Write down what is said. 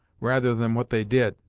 rather than what they did.